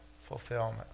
fulfillment